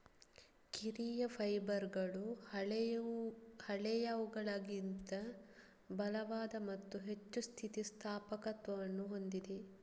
ಕಿರಿಯ ಫೈಬರ್ಗಳು ಹಳೆಯವುಗಳಿಗಿಂತ ಬಲವಾದ ಮತ್ತು ಹೆಚ್ಚು ಸ್ಥಿತಿ ಸ್ಥಾಪಕತ್ವವನ್ನು ಹೊಂದಿವೆ